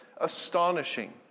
astonishing